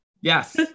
yes